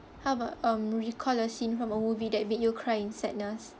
how about um recall a scene from a movie that made you cry in sadness